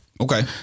Okay